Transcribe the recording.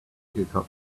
couple